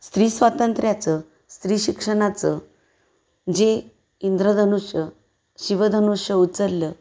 स्त्री स्वातंत्र्याचं स्त्री शिक्षणाचं जे इंद्रधनुष्य शिवधनुष्य उचललं